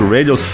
Radio